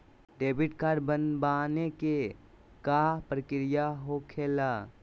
Debit card बनवाने के का प्रक्रिया होखेला?